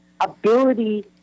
ability